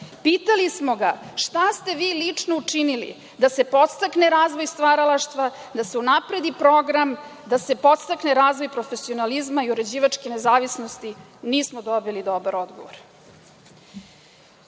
Pitali smo ga – šta ste vi lično učinili da se podstakne razvoj stvaralaštva, da se unapredi program, da se podstakne razvoj profesionalizma i uređivačke nezavisnosti? Nismo dobili dobar odgovor. Takođe,